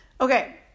okay